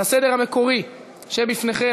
לסדר המקורי שבפניכם,